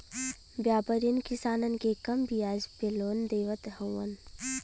व्यापरीयन किसानन के कम बियाज पे लोन देवत हउवन